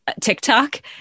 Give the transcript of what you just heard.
TikTok